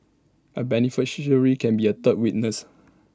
A beneficiary can be A third witness